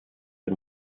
der